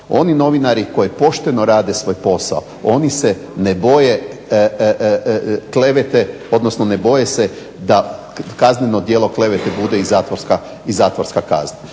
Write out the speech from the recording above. Oni novinari koji pošteno rade svoj posao oni se ne boje klevete odnosno ne boje se da kazneno djelo klevete bude i zatvorska kazna,